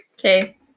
Okay